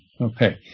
Okay